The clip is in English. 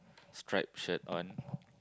striped shirt on